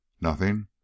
Nothing